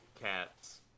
cats